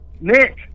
Nick